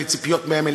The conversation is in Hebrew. אין לי ציפיות מהן,